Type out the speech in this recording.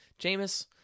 Jameis